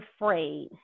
afraid